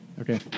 Okay